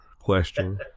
question